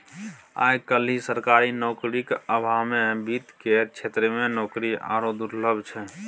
आय काल्हि सरकारी नौकरीक अभावमे वित्त केर क्षेत्रमे नौकरी आरो दुर्लभ छै